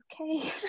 okay